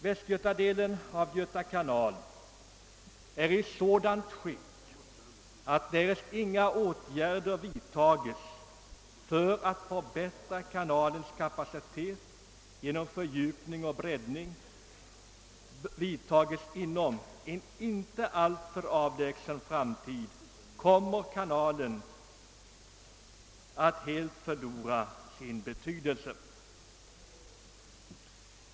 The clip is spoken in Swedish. | Västgötadelen av Göta kanal är i sådant skick att därest inga åtgärder för att förbättra dess kapacitet genom fördjupning och breddning vidtages inom en inte alltför avlägsen framtid kommer kanalen att helt förlora sin betydelse.